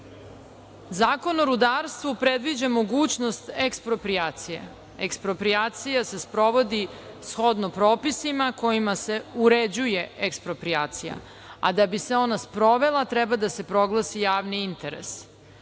Zakon o rudarstvu predviđa mogućnost eksproprijacije. Eksproprijacija se sprovodi shodno propisima kojima se uređuje eksproprijacija, a da bi se ona sprovela treba da se proglasi javni interes.